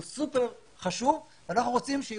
היא סופר חשובה ואנחנו רוצים שיהיו